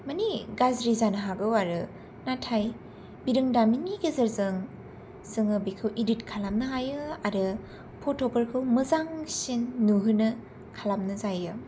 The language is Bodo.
मानि गाज्रि जानो हागौ आरो नाथाय बिरोंदामिननि गेजेरजों जोङो बेखौ इडिट खालामनो हायो आरो फट'फोरखौ मोजांसिन नुहोनो खालामजायो